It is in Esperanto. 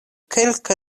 kelka